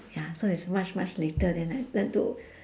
ya so it's much much later then I learn to